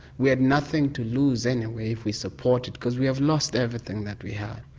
we had nothing to lose anyway if we supported because we have lost everything that we had.